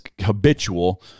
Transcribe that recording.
habitual